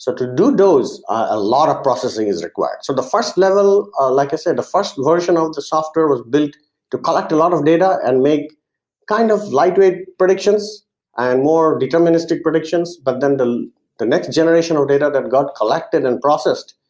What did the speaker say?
to to do those, a lot of processing is required. so the first level ah like i said, the first version of the software was built to collect a lot of data and make kind of lightweight predictions and more deterministic predictions but then the the next generation of data that got collected and processed,